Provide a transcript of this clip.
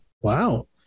Wow